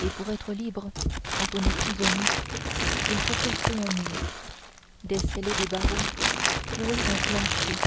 et pour être libre quand on est prisonnier il faut percer un mur desceller des barreaux trouer un plancher